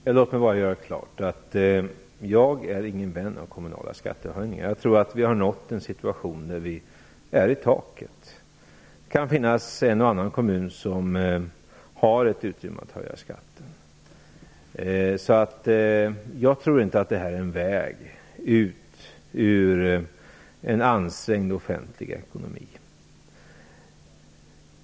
Herr talman! Låt mig bara göra klart att jag inte är någon vän av kommunala skattehöjningar. Jag tror att vi har nått den situation där vi är i taket. Det kan finnas en och annan kommun som har ett utrymme att höja skatten. Jag tror inte att det är en väg ut ur en ansträngd offentlig ekonomi.